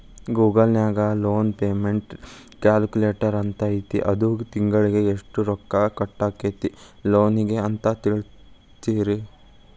Google ನ್ಯಾಗ loan payment calculator ಅಂತೈತಿ ಅದು ತಿಂಗ್ಳಿಗೆ ಯೆಷ್ಟ್ ರೊಕ್ಕಾ ಕಟ್ಟಾಕ್ಕೇತಿ ಲೋನಿಗೆ ಅಂತ್ ತಿಳ್ಸ್ತೆತಿ